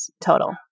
total